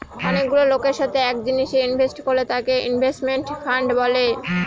অনেকগুলা লোকের সাথে এক জিনিসে ইনভেস্ট করলে তাকে ইনভেস্টমেন্ট ফান্ড বলে